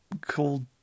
called